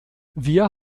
wir